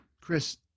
Chris